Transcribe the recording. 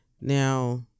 Now